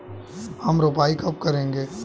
हम रोपाई कब करेंगे?